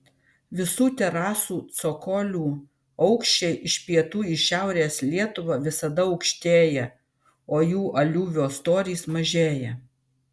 visų terasų cokolių aukščiai iš pietų į šiaurės lietuvą visada aukštėja o jų aliuvio storis mažėja